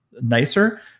nicer